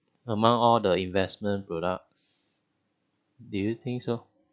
among all the investment products do you think so